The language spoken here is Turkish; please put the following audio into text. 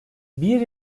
bir